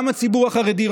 גם הציבור החרדי,